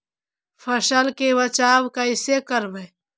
फसल के बचाब कैसे करबय?